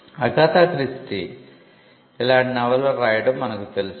Agatha Christie ఇలాంటి నవలలు రాయడం మనకు తెలుసు